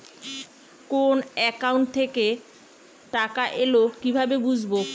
কোন একাউন্ট থেকে টাকা এল কিভাবে বুঝব?